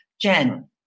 Jen